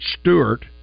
Stewart